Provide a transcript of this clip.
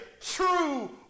true